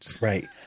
Right